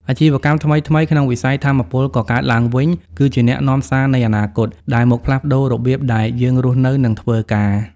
អាជីវកម្មថ្មីៗក្នុងវិស័យថាមពលកកើតឡើងវិញគឺជា "អ្នកនាំសារនៃអនាគត" ដែលមកផ្លាស់ប្តូររបៀបដែលយើងរស់នៅ និងធ្វើការ។